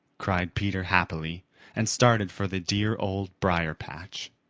cried peter happily and started for the dear old briar-patch.